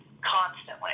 constantly